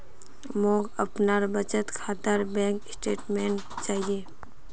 मोक अपनार बचत खातार बैंक स्टेटमेंट्स चाहिए